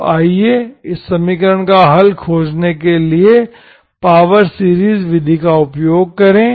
तो आइए इस समीकरण का हल खोजने के लिए पावर सीरीज विधि का उपयोग करें